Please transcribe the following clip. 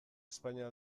espainia